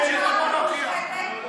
השאיפות הפוליטיות שלך, כבוד השרה, בבקשה.